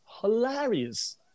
hilarious